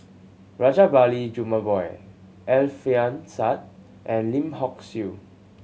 Rajabali Jumabhoy Alfian Sa'at and Lim Hock Siew